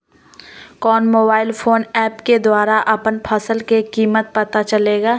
कौन mobile phone app के द्वारा अपन फसल के कीमत पता चलेगा?